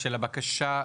של הבקשה.